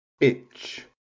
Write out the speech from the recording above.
itch